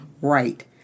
right